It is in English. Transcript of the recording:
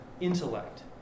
intellect